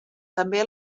també